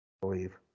believe